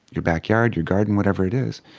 your back yard, your garden, whatever it is.